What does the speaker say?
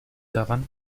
daran